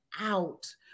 out